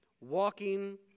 walking